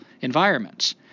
environments